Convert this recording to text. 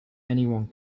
anyone